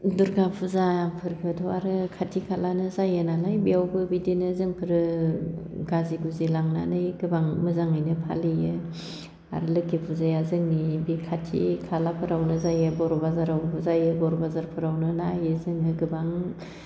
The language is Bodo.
दुर्गा फुजाफोरखौथ' आरो खाथि खालानो जायोनालाय बेयावबो बिदिनो जोंफोरो गाजि गुजि लांनानै गोबां मोजाङैनो फालियो आरो लोखि फुजाया जोंनि बे खाथि खालाफोरावनो जायो बर' बाजारावबो जायो बर' बाजारफोरावनो नायो जोङो गोबां